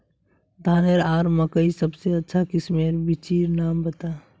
धानेर आर मकई सबसे अच्छा किस्मेर बिच्चिर नाम बता?